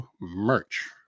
merch